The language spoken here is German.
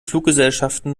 fluggesellschaften